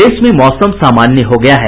प्रदेश में मौसम सामान्य हो गया है